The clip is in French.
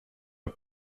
vas